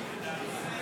תוצאות